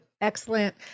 excellent